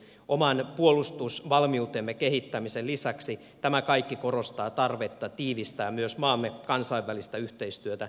oman puolustusvalmiutemme kehittämisen lisäksi tämä kaikki korostaa tarvetta tiivistää myös maamme kansainvälistä yhteistyötä turvallisuusasioissa